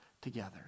together